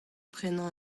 prenañ